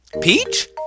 Peach